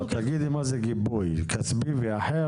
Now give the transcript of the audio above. לא, תגידי מה זה גיבוי, כספי ואחר?